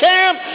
Camp